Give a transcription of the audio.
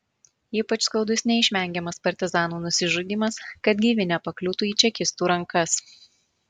ypač skaudus neišvengiamas partizanų nusižudymas kad gyvi nepakliūtų į čekistų rankas